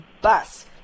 bus